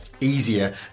easier